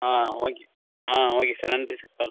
ஆ okay ஆ okay sir நன்றி sir கால்